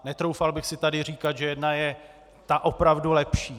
Netroufal bych si tady říkat, že jedna je ta opravdu lepší.